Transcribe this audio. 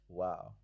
wow